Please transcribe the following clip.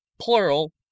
plural